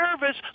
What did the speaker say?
nervous